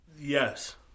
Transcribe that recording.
Yes